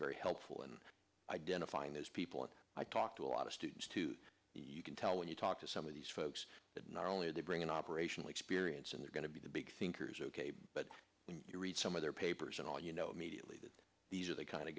very helpful in identifying those people and i talked to a lot of students to you can tell when you talk to some of these folks that not only are they bring an operational experience and they're going to be the big thinkers ok but when you read some of their papers at all you know immediately that these are the kind of